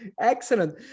excellent